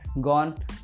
gone